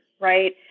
right